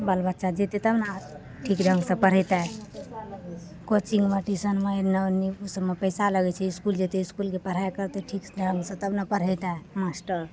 बाल बच्चा जेतय तब ने ठीक ढङ्गसँ पढ़ेतय कोचिंगमे टीसनमे एन्ने ओनी उ सभमे पैसा लगय छै इसकुल जेतय इसकुलके पढ़ाइ करतय ठीक ढङ्गसँ तब ने पढ़ेतय मास्टर